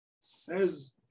Says